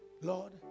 Lord